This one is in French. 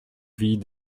vies